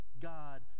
God